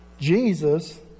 Jesus